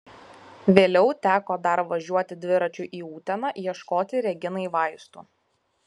vėliau teko dar važiuoti dviračiu į uteną ieškoti reginai vaistų